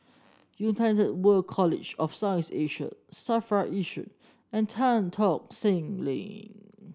United World College of South East Asia Safra Yishun and Tan Tock Seng Link